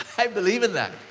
i believe in that.